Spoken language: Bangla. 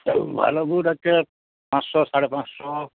ভাল বুট আছে পাঁচশো সাড়ে পাঁচশো